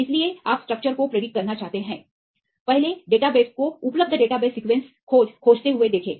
इसलिए आप स्ट्रक्चर की भविष्यवाणी करना चाहते हैं पहले डेटाबेस को सही उपलब्ध डेटाबेस सीक्वेंस खोज खोजते हुए देखें